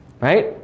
Right